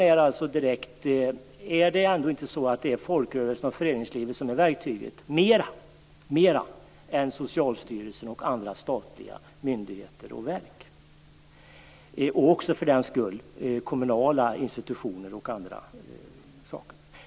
Är det inte folkrörelserna och föreningslivet som är verktyget mer än Socialstyrelsen, andra statliga myndigheter och verk och kommunala institutioner?